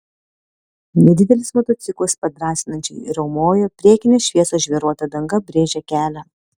nedidelis motociklas padrąsinančiai riaumojo priekinės šviesos žvyruota danga brėžė kelią